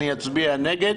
בואו בבקשה נעבור להקראה.